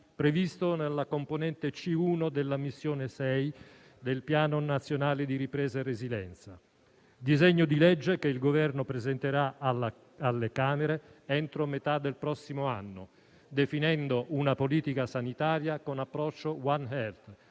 previsto nella componente C1 della Missione 6 del Piano nazionale di ripresa e resilienza, che il Governo presenterà alle Camere entro la metà del prossimo anno, definendo una politica sanitaria con approccio *one health*,cioè